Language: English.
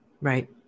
Right